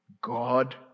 God